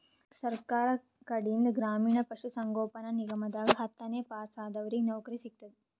ಸರ್ಕಾರ್ ಕಡೀನ್ದ್ ಗ್ರಾಮೀಣ್ ಪಶುಸಂಗೋಪನಾ ನಿಗಮದಾಗ್ ಹತ್ತನೇ ಪಾಸಾದವ್ರಿಗ್ ನೌಕರಿ ಸಿಗ್ತದ್